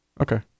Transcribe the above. okay